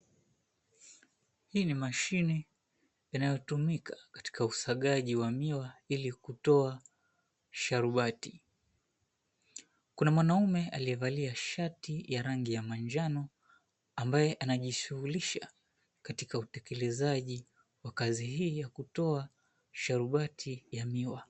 Hii ni mashine inayotumika katika usagaji wa miwa ili kutoa sharubati. Kuna mwanaume aliyevalia shati ya rangi ya manjano, ambaye anajishughulisha katika utekelezaji wa kazi hii ya kutoa sharubati ya miwa.